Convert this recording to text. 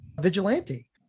vigilante